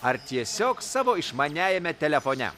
ar tiesiog savo išmaniajame telefone